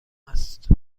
است